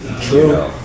True